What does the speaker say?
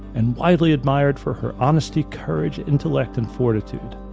and widely admired for her honesty, courage, intellect, and fortitude.